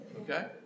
okay